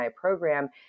program